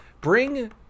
bring